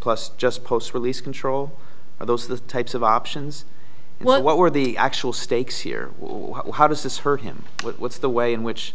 plus just post release control for those the types of options well what were the actual stakes here how does this hurt him what's the way in which